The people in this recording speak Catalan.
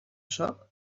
sóc